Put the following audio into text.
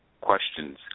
questions